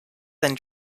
then